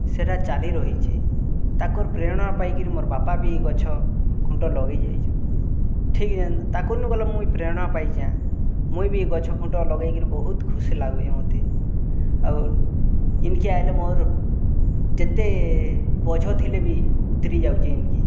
ସେଟା ଚାଲି ରହିଛେ ତାକର୍ ପ୍ରେରଣା ପାଇକରି ମୋର୍ ବାପାବି ଗଛ ଖୁଣ୍ଟା ଲଗେଇ ଯାଇଛନ୍ ଠିକ୍ ଜେନ୍ ତାକର୍ ନୁ ଗଲେ ମୁଇଁ ପ୍ରେରଣା ପାଇଚେଁ ମୁଇଁ ବି ଗଛ ଖୁଣ୍ଟା ଲଗେଇକିରି ବହୁତ୍ ଖୁସ୍ ଲାଗୁଛେ ମୋତେ ଆଉ ଇନ୍କେ ଆଏଲେ ମୋର୍ ଯେତେ ବୋଝ ଥିଲେ ବି ଉତ୍ରି ଯାଉଛେ ଇନ୍କେ